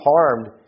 harmed